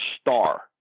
star